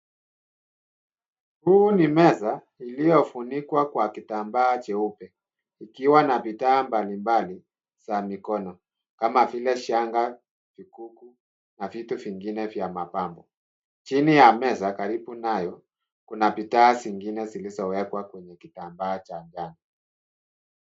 Huu ni meza uliofunikwa kwa kitambaa cheupe ikiwa na bidhaa mbalimbali za mikoono kama vile shanga , vikuku , na vitu vingine vya mapambo. Chini ya meza karibu nayo , kuna bidhaa zingine zilizowekwa kwenye kitambaa cha njano.